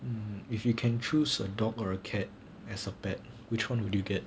if you can choose a dog or a cat as a pet which one would you get